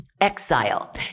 exile